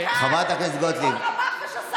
אני כאן בכל רמ"ח איבריי ושס"ה גידיי.